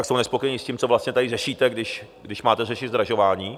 Jsou nespokojení s tím, co vlastně tady řešíte, když máte řešit zdražování.